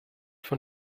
von